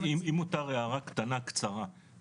אם מותר הערה קטנה קצרה,